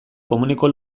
komuneko